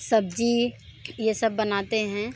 सब्ज़ी ये सब बनाते हैं